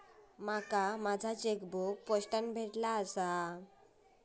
माका माझो चेकबुक पोस्टाने भेटले आसा